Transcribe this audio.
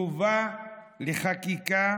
תובא לחקיקה